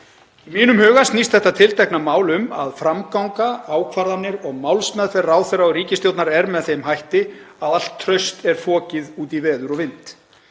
Í mínum huga snýst þetta tiltekna mál um að framganga, ákvarðanir og málsmeðferð ráðherra og ríkisstjórnar er með þeim hætti að allt traust er fokið út í veður og vind.